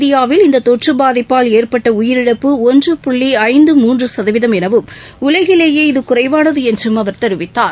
இந்தியாவில் இந்த தொற்று பாதிப்பால் ஏற்பட்ட உயிரிழப்பு ஒன்று புள்ளி ஐந்து மூன்று சதவீதம் எனவும் உலகிலேயே இது குறைவானது என்றும் அவர் தெரிவித்தார்